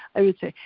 i would say,